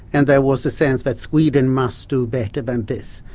and there was a sense that sweden must do better than this.